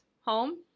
home